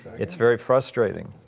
it's very frustrating.